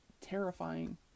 terrifying